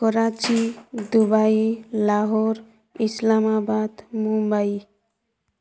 Karachi Dubai Lahore Islamabad Mumbai